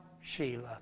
Sheila